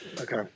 Okay